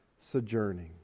sojourning